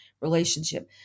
relationship